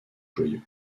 joyeux